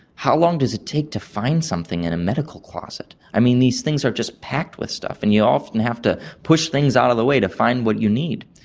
how long does it take to find something in a medical closet? i mean, these things are just packed with stuff and you often have to push things out of the way to find what you need.